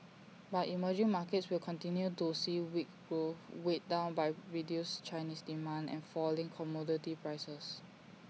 but emerging markets will continue to see weak growth weighed down by reduced Chinese demand and falling commodity prices